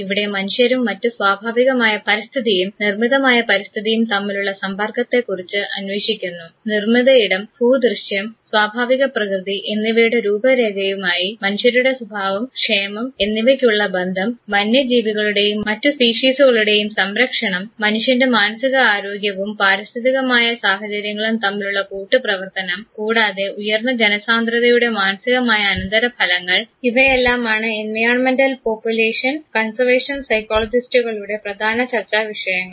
ഇവിടെ മനുഷ്യരും മറ്റു സ്വാഭാവികമായ പരിസ്ഥിതിയും നിർമ്മിതമായ പരിസ്ഥിതിയും തമ്മിലുള്ള സമ്പർക്കത്തെക്കുറിച്ച് അന്വേഷിക്കുന്നു നിർമിത ഇടം ഭൂദൃശ്യം സ്വാഭാവിക പ്രകൃതി എന്നിവയുടെ രൂപരേഖയുമായി മനുഷ്യരുടെ സ്വഭാവം ക്ഷേമം എന്നിവയ്ക്കുളള ബന്ധം വന്യജീവികളുടെയും മറ്റു സ്പീഷീസുകളുടെയും സംരക്ഷണം മനുഷ്യൻറെ മാനസിക ആരോഗ്യവും പാരിസ്ഥിതികമായ സാഹചര്യങ്ങളും തമ്മിലുള്ള കൂട്ടുപ്രവർത്തനം കൂടാതെ ഉയർന്ന ജനസാന്ദ്രതയുടെ മാനസികമായ അനന്തരഫലങ്ങൾ ഇവയെല്ലാമാണ് എൻവിയോൺമെൻറൽ പോപ്പുലേഷൻ കൺസർവേഷൻ സൈക്കോളജിസ്റ്റുകളുടെ പ്രധാന ചർച്ചാവിഷയങ്ങൾ